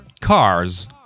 Cars